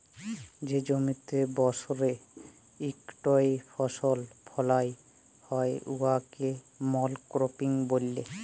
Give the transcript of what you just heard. যে জমিতে বসরে ইকটই ফসল ফলাল হ্যয় উয়াকে মলক্রপিং ব্যলে